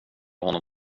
honom